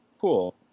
cool